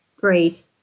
great